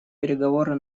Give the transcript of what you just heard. переговоры